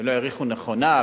ולא העריכו נכונה,